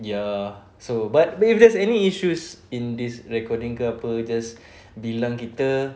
ya so but if there's any issues in this recording ke apa just bilang kita